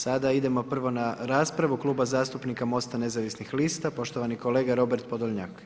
Sada idemo prvo na raspravu Kluba zastupnika MOST-a nezavisnih lista poštovani kolega Robert Podolnjak.